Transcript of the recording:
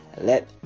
let